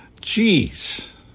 Jeez